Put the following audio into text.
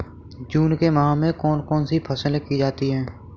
जून के माह में कौन कौन सी फसलें की जाती हैं?